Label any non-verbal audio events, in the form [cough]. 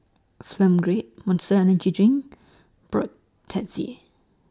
Film Grade Monster Energy Drink [unintelligible]